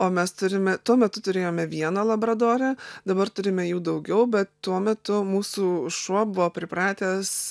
o mes turime tuo metu turėjome vieną labradorę dabar turime jų daugiau bet tuo metu mūsų šuo buvo pripratęs